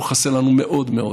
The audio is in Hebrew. הוא חסר לנו מאוד מאוד.